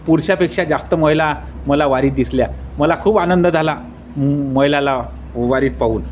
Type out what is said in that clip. पुरषापेक्षा जास्त महिला मला वारीत दिसल्या मला खूप आनंद झाला महिलाला वारीत पाहून